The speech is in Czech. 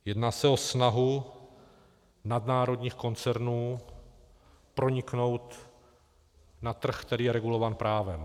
Jedná se o snahu nadnárodních koncernů proniknout na trh, který je regulován právem.